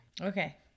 Okay